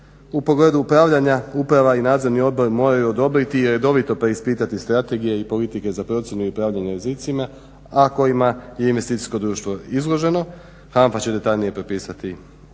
U pogledu upravljanja uprava i nadzorni odbor moraju odobriti i redovito preispitati strategije i politike za procjenu i upravljanje rizicima, a kojima je investicijsko društvo izloženo. HANFA će detaljnije propisati